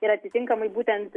ir atitinkamai būtent